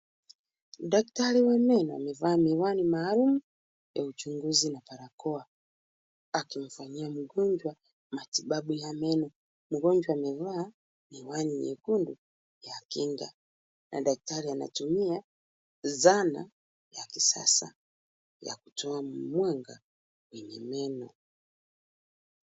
Daktari wa meno, amevaa miwani maalum kwa uchunguzi na balakoa. Akimfanyia mgonjwa matibabu ya meno. Mgonjwa amevaa miwani nyekundu ya kinga na daktari anatumia zana ya kisasa ya kutoa mwanga kwenye meno.